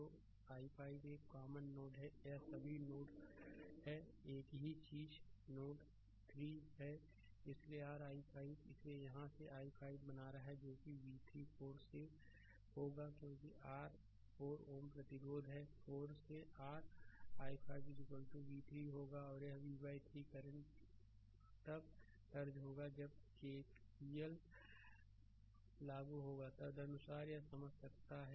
तो i5 यह एक कॉमन नोड है यह यह सभी नोड है एक ही चीज़ नोड 3 है इसलिए r i5 इसे यहाँ i5 बना रहा है जो कि v3 4 से होगा क्योंकि यह r 4 Ω प्रतिरोध है 4 से r i5 v3 होगा और यह v 3 करंट तब दर्ज होगा जब के के सी एल लागू होगा तदनुसार यह समझ सकता है